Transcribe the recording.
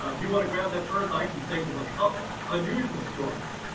um you wanna grab that first? i can think of a couple unusual stories